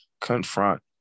confront